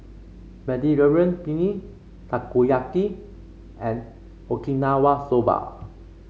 Mediterranean Penne Takoyaki and Okinawa Soba